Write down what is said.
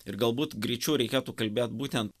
ir galbūt greičiau reikėtų kalbėt būtent